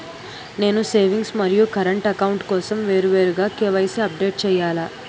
నేను సేవింగ్స్ మరియు current account కోసం వేరువేరుగా కే.వై.సీ అప్డేట్ చేయాలా?